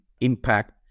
impact